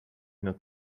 not